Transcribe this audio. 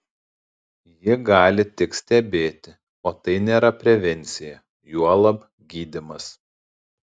ji gali tik stebėti o tai nėra prevencija juolab gydymas